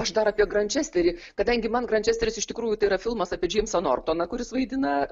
aš dar apie grančesteį kadangi man grančesteris iš tikrųjų yra filmas apie džeimsą nortoną kuris vaidina